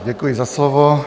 Děkuji za slovo.